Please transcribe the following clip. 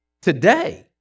today